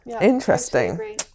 Interesting